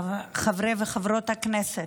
חברי וחברות הכנסת,